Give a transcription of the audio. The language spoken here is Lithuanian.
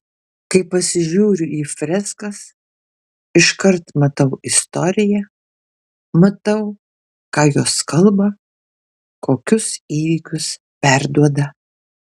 kai pasižiūriu į freskas iškart matau istoriją matau ką jos kalba kokius įvykius perduoda